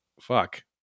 fuck